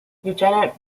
lieutenant